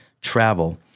travel